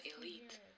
elite